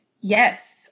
Yes